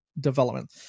development